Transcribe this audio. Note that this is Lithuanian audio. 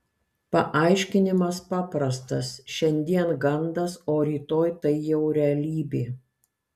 paaiškinimas paprastas šiandien gandas o rytoj tai jau realybė